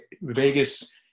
Vegas